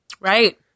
right